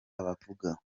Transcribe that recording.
bavuga